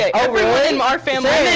everyone in our family. yay!